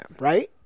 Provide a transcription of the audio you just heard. Right